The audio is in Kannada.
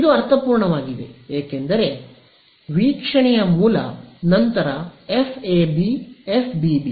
ಇದು ಅರ್ಥಪೂರ್ಣವಾಗಿದೆ ಏಕೆಂದರೆ ವೀಕ್ಷಣೆಯ ಮೂಲ ನಂತರ ಎಫ್ಎಬಿಎಫ್ಬಿಬಿ